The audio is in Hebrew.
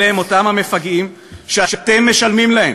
אלה הם אותם המפגעים שאתם משלמים להם,